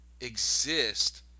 exist